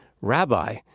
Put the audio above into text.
rabbi